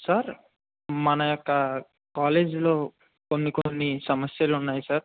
sir మన యొక్క కాలేజీలో కొన్ని కొన్ని సమస్యలు ఉన్నాయి సార్